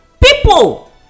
People